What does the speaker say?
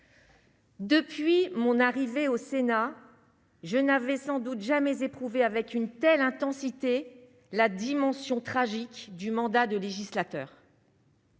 Depuis mon arrivée au Sénat je n'avait sans doute jamais éprouvé avec une telle intensité la dimension tragique du mandat de législateur.